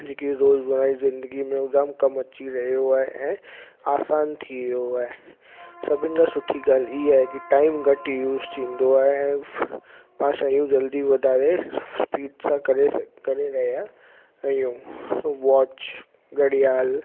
जेकी रोज़मरह जी ज़िन्दगी में हू जाम कमु अची रहियो आहे ऐं आसान थी वियो आहे सभिनि खां सुठी ॻाल्हि इहा आहे की टाइम घटि यूज़ थींदो आहे ऐं पाण शयूं जल्दी वाधारे स्पीड सां करे स करे रहिया आहियूं वॉच घड़ियाल